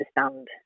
understand